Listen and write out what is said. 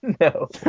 No